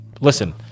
listen